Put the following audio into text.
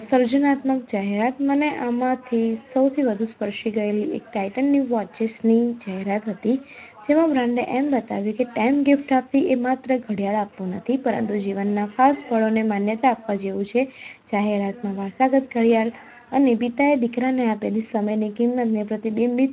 સર્જનાત્મક જાહેરાત મને આમાંથી સૌથી વધી સ્પર્શી ગયેલ એક ટાઈટનની વોચની જાહેરાત હતી જેમાં બ્રાન્ડે એમ બતાવ્યું હતું તો ગિફ્ટ આપવી એ માત્ર ઘડિયાળ આપવું નથી પરંતુ જીવનની ખાસ પળોને માન્યતા આપવા જેવું છે જાહેરાતમાં વારસાગત ઘડિયાળ અને પિતાએ દીકરાને આપેલી સમયની કિંમતને પ્રતિબિંબ